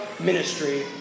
ministry